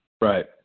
Right